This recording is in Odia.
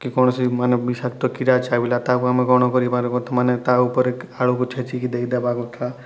କି କୌଣସି ମାନେ ବିଷାକ୍ତ କିଡ଼ା ଛାବିଲା ତାକୁ ଆମେ କ'ଣ କରିପାରିବା ମାନେ ତା'ଉପରେ ଛେଚିକି ଦେଇ ଦେବା କଥା